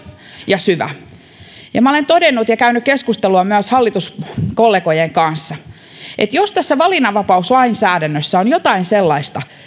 ja syvä olen todennut ja käynyt keskustelua myös hallituskollegojen kanssa siitä että jos tässä valinnanvapauslainsäädännössä on jotain sellaista